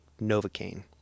Novocaine